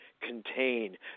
contain